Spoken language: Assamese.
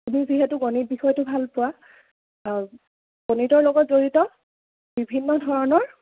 তুমি যিহেতু গণিত বিষয়টো ভাল পোৱা গণিতৰ লগত জড়িত বিভিন্ন ধৰণৰ